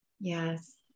Yes